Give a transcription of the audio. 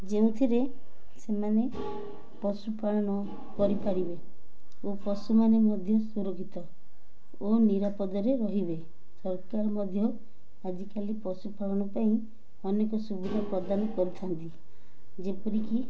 ଯେଉଁଥିରେ ସେମାନେ ପଶୁପାଳନ କରିପାରିବେ ଓ ପଶୁମାନେ ମଧ୍ୟ ସୁରକ୍ଷିତ ଓ ନିରାପଦରେ ରହିବେ ସରକାର ମଧ୍ୟ ଆଜିକାଲି ପଶୁପାଳନ ପାଇଁ ଅନେକ ସୁବିଧା ପ୍ରଦାନ କରିଥାନ୍ତି ଯେପରିକି